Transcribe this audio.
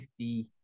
50